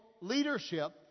leadership